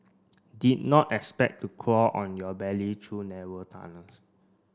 did not expect to crawl on your belly through narrow tunnels